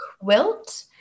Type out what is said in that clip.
quilt